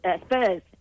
Spurs